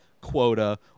quota